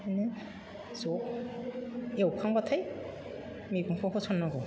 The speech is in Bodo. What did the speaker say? बेखायनो ज' एवखांब्लाथाय मैगंखौ होसननांगौ